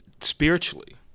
spiritually